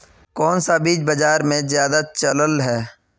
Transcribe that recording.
कोन सा बीज बाजार में ज्यादा चलल है?